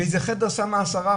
באיזה חדר היא שמה איזה עשרה,